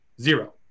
zero